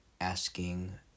asking